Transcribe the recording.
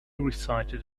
recited